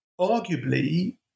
arguably